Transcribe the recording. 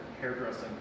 hairdressing